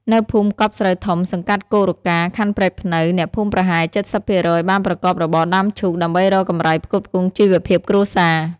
នៅភូមិកប់ស្រូវធំ សង្កាត់គោករកា ខណ្ឌព្រែកព្នៅ អ្នកភូមិប្រហែល៧០% បានប្រកបរបរដាំឈូក ដើម្បីរកកម្រៃផ្គត់ផ្គង់ជីវភាពគ្រួសារ ។